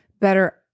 better